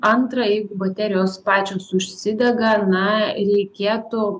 antra jeigu baterijos pačios užsidega na reikėtų